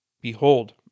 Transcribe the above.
Behold